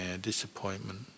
disappointment